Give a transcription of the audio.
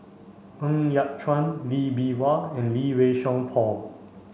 Ng Yat Chuan Lee Bee Wah and Lee Wei Song Paul